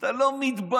אתה לא מתבייש?